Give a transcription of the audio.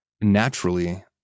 Naturally